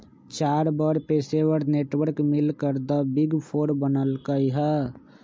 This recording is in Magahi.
चार बड़ पेशेवर नेटवर्क मिलकर द बिग फोर बनल कई ह